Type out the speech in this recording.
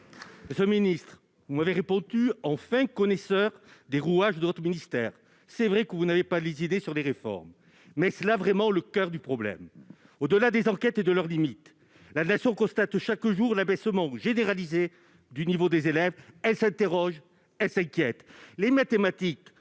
Monsieur le ministre, vous m'avez répondu en fin connaisseur des rouages de votre ministère. C'est vrai, vous n'avez pas lésiné sur les réformes. Mais est-ce là vraiment le coeur du problème ? Au-delà des enquêtes et de leurs limites, la Nation constate chaque jour la baisse généralisée du niveau des élèves ; elle s'interroge et s'inquiète.